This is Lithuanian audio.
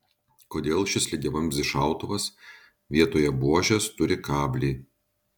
kodėl šis lygiavamzdis šautuvas vietoje buožės turi kablį